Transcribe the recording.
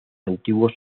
antiguos